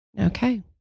Okay